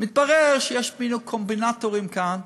מתברר שיש קומבינטורים כאן,